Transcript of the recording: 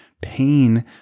Pain